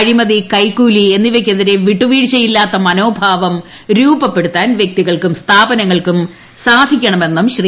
അഴിമതി കൈകൂലി എന്നിവയ്ക്കെതിരെ വിട്ടുവീഴ്ചയില്ലാത്ത മനോഭാവം രൂപപ്പെടുത്താൻ വ്യക്തികൾക്കും സ്ഥാപനങ്ങൾക്കും സാധിക്കണമെന്നും ശ്രീ